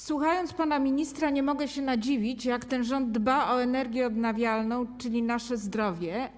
Słuchając pana ministra, nie mogę się nadziwić, jak ten rząd dba o energię odnawialną, czyli nasze zdrowie.